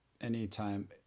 anytime